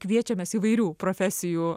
kviečiamės įvairių profesijų